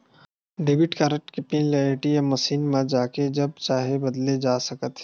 debit card के pin ल ATM machine म जाके जब चाहे बदले जा सकत हे